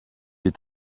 est